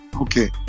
Okay